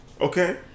Okay